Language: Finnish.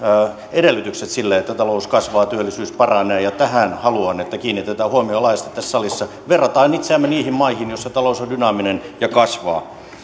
edellytys sille että talous kasvaa työllisyys paranee ja haluan että tähän kiinnitetään huomiota laajasti tässä salissa verrataan itseämme niihin maihin joissa talous on dynaaminen ja